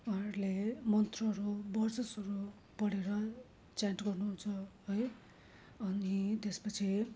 उहाँहरूले मन्त्रहरू बर्चसहरू पढेर च्यान्ट गर्नुहुन्छ है अनि त्यसपछि